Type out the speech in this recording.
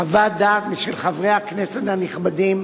חוות-דעת של חברי הכנסת הנכבדים,